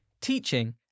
teaching